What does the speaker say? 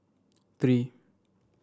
three